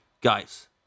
guys